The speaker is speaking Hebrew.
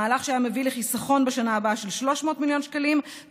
מהלך שהיה מביא לחיסכון של 300 מיליון שקלים בשנה הבאה,